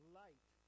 light